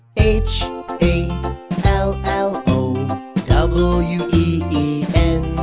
h a l l o w e e n.